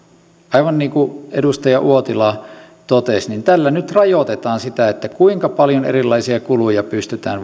aivan niin kuin edustaja uotila totesi tällä nyt rajoitetaan sitä kuinka paljon erilaisia kuluja pystytään